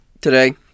today